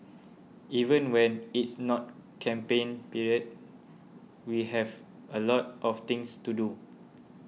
even when it's not campaign period we have a lot of things to do